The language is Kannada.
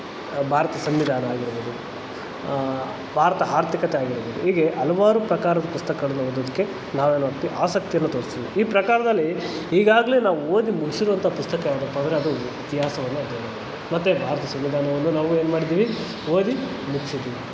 ಭಾರತದ ಸಂವಿಧಾನ ಆಗಿರ್ಬೋದು ಭಾರತದ ಆರ್ಥಿಕತೆ ಆಗಿರ್ಬೋದು ಹೀಗೆ ಹಲವಾರು ಪ್ರಕಾರದ ಪುಸ್ತಕಗಳನ್ನು ಓದೋದಕ್ಕೆ ನಾವೇನೋತ್ತಿ ಆಸಕ್ತಿಯನ್ನು ತೋರಿಸ್ತೀವಿ ಈ ಪ್ರಕಾರದಲ್ಲಿ ಈಗಾಗಲೇ ನಾವು ಓದಿ ಮುಗ್ಸಿರೋಂಥ ಪುಸ್ತಕ ಯಾವುದಪ್ಪ ಅಂದರೆ ಅದು ಇತಿಹಾಸವನ್ನು ಅಧ್ಯಯನ ಮಾಡೋದು ಮತ್ತು ಭಾರತದ ಸಂವಿಧಾನವನ್ನು ನಾವು ಏನು ಮಾಡಿದ್ದೀವಿ ಓದಿ ಮುಗಿಸಿದ್ದೀವಿ